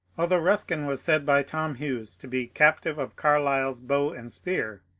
although buskin was said by tom hughes to be captive of carlyle's bow and spear,